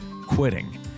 quitting